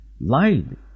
lied